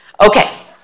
Okay